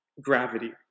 gravity